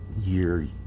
year